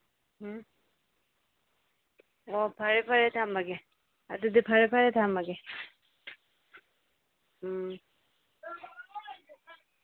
ꯎꯝ ꯍꯣ ꯐꯔꯦ ꯐꯔꯦ ꯊꯝꯃꯒꯦ ꯑꯗꯨꯗꯤ ꯐꯔꯦ ꯐꯔꯦ ꯊꯝꯃꯒꯦ ꯎꯝ